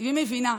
והיא מבינה.